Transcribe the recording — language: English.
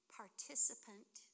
participant